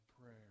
prayer